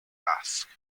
tasks